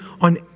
on